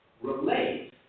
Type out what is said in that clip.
relate